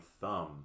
thumb